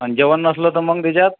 आणि जेवण नसलं तर मग त्याच्यात